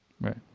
Right